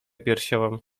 piersiową